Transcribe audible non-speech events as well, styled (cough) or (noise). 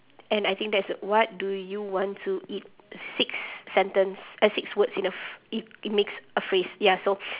and I think that is the what do you want to eat six sentence uh six words in a ph~ it it makes a phrase ya so (breath)